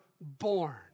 born